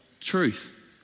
Truth